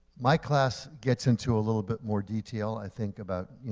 my class gets into a little bit more detail, i think, about, you